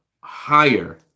higher